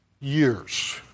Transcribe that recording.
Years